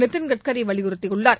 நிதின்கட்கரி வலியுறுத்தி உள்ளார்